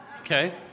Okay